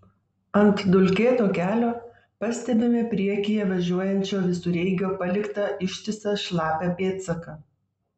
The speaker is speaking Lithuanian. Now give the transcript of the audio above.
ant dulkėto kelio pastebime priekyje važiuojančio visureigio paliktą ištisą šlapią pėdsaką